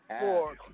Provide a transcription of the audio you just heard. four